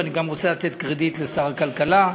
ואני גם רוצה לתת קרדיט לשר הכלכלה,